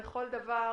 לכל דבר,